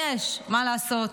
מה לעשות,